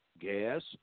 gas